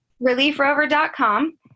ReliefRover.com